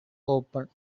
open